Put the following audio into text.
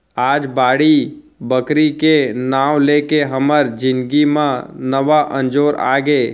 आज बाड़ी बखरी के नांव लेके हमर जिनगी म नवा अंजोर आगे